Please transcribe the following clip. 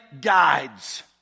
guides